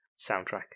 soundtrack